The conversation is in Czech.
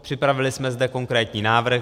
Připravili jsme zde konkrétní návrh.